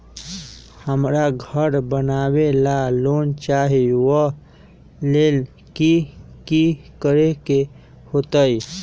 हमरा घर बनाबे ला लोन चाहि ओ लेल की की करे के होतई?